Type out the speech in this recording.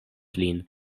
lin